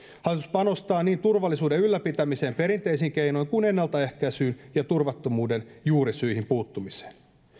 panostaa niin turvallisuuden ylläpitämiseen perinteisin keinoin kuin ennaltaehkäisyyn ja turvattomuuden juurisyihin puuttumiseen